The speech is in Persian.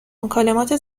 مکالمات